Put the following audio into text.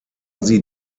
sie